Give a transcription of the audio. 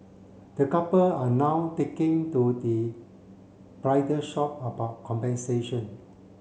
the couple are now taking to the bridal shop about compensation